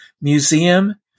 museum